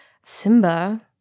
simba